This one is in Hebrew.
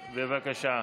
בבקשה.